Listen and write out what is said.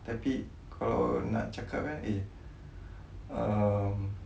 tapi kalau nak cakap kan eh um